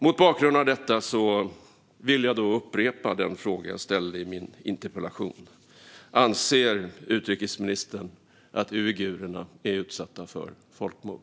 Mot bakgrund av detta vill jag upprepa den fråga jag ställde i min interpellation: Anser utrikesministern att uigurerna är utsatta för ett folkmord?